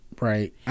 Right